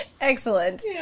Excellent